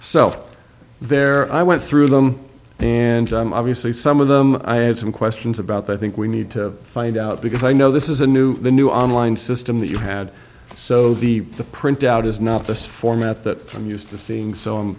so there i went through them and obviously some of them i have some questions about i think we need to find out because i know this is a new the new online system that you had so the print out is not the format that i'm used to seeing so